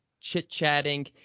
chit-chatting